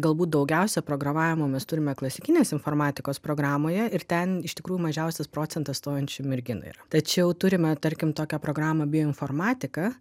galbūt daugiausia programavimo mes turime klasikinės informatikos programoje ir ten iš tikrųjų mažiausias procentas stojančių merginų yra tačiau turime tarkim tokią programą bioinformatiką